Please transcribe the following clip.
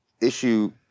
issue